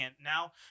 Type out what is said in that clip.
Now